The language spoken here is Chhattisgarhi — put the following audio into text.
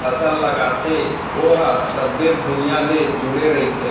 फसल लगाथे ओहा सबे भुइयाँ ले जुड़े रहिथे